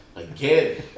Again